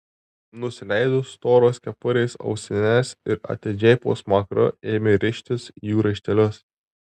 nusileido storos kepurės ausines ir atidžiai po smakru ėmė rištis jų raištelius